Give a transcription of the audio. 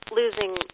losing